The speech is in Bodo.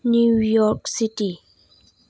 निउयर्क चिटि